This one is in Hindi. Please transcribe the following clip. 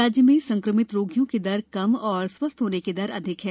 राज्य में संक्रमित रोगियों की दर कम और स्वस्थ होने की दर अधिक है